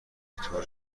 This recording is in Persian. بطور